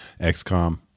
XCOM